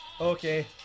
Okay